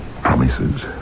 promises